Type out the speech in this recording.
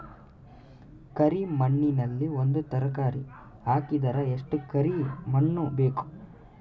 ಕರಿ ಮಣ್ಣಿನಲ್ಲಿ ಒಂದ ತರಕಾರಿ ಹಾಕಿದರ ಎಷ್ಟ ಕರಿ ಮಣ್ಣು ಬೇಕು?